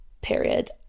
period